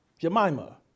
Jemima